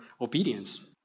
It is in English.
obedience